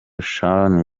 shalom